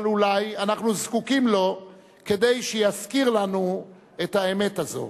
אבל אולי אנחנו זקוקים לו כדי שיזכיר לנו את האמת הזו.